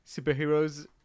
superheroes